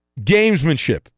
gamesmanship